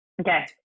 Okay